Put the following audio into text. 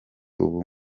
ubu